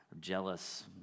jealous